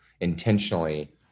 intentionally